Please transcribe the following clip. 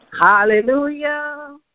Hallelujah